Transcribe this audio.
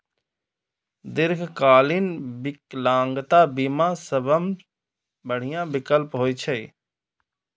दीर्घकालीन विकलांगता बीमा सबसं बढ़िया विकल्प होइ छै